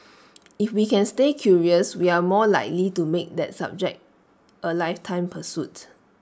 if we can stay curious we are more likely to make that subject A lifetime pursuit